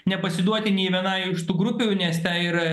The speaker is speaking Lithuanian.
nepasiduoti nei vienai iš tų grupių nes ten yra